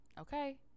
Okay